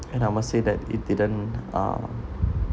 and I must say that it didn't uh